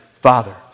Father